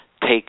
take